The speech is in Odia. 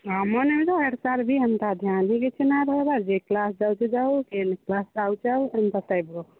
ଆମର୍ନେ ଏମତି ଆଠ ଚାର ବି ହେନ୍ତା ଧ୍ୟାନ ବି କିଛି ନାଇଁ ରହିବାର୍ ଯିଏ କ୍ଲାସ୍ ଯାଉଛି ଯାଉ ଯିଏ କ୍ଲାସ୍ ଆଉଛି ଆଉ ଏନ୍ତା ଟାଇପ୍ର